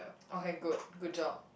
okay good good job